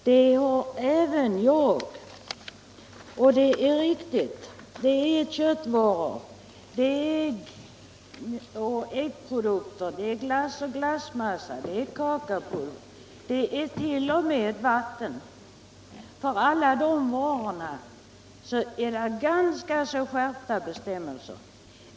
Dem har även jag, och det är riktigt att för köttvaror, ägg och äggprodukter, glass och glassmassa, kakaopulver och t.o.m. vatten är det ganska skärpta bestämmelser.